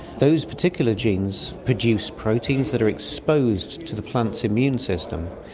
those particular genes produce proteins that are exposed to the plant's immune system,